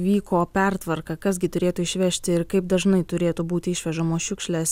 vyko pertvarka kas gi turėtų išvežti ir kaip dažnai turėtų būti išvežamos šiukšlės